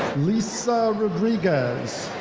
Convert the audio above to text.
lisa rodriguez.